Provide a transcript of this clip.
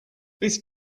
this